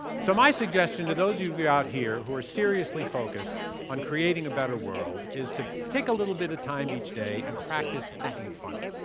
so my suggestion to those of you out here who are seriously focused on creating a better world is to take a little bit of time each day and practice thinking funny,